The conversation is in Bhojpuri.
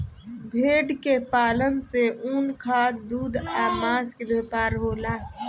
भेड़ के पालन से ऊन, खाद, दूध आ मांस के व्यापार होला